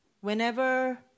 Whenever